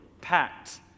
packed